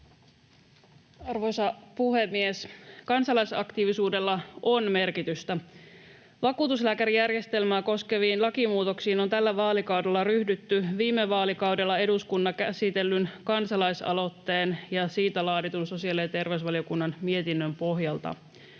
Arvoisa puhemies! Kansalaisaktiivisuudella on merkitystä. Vakuutuslääkärijärjestelmää koskeviin lakimuutoksiin on tällä vaalikaudella ryhdytty viime vaalikaudella eduskunnassa käsitellyn kansalaisaloitteen ja siitä laaditun sosiaali- ja terveysvaliokunnan mietinnön pohjalta.